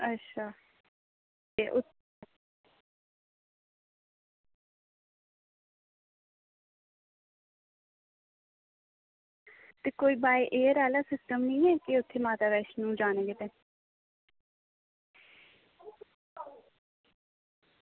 अच्छा ते ते कोई वॉय एयर आह्ला सिस्टम ते निं ऐ इत्थें माता वैष्णो जाने गित्तै